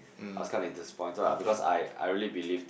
I was kinda disappointed ah because I I really believed